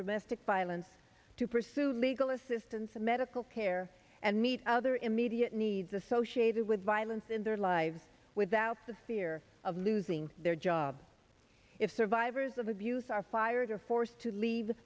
domestic violence to pursue legal assistance medical care and meet other immediate needs associated with violence in their lives without the fear of losing their job if survivors of abuse are fired or forced to leave